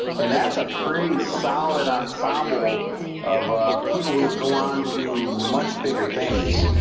and that's a pretty solid ensemble of people who would go on to do much bigger things